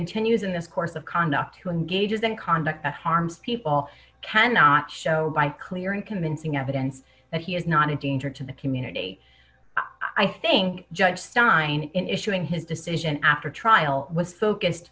continues in this course of conduct who engages in conduct that harms people cannot show by clear and convincing evidence that he is not a danger to the community i think judge stein issuing his decision after trial was focused